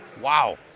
Wow